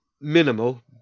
minimal